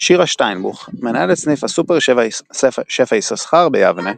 שירה שטיינבוך מנהלת סניף הסופר "שפע יששכר" ביבנה.